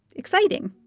exciting.